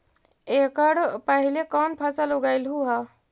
एकड़ पहले कौन फसल उगएलू हा?